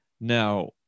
Now